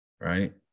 right